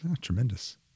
tremendous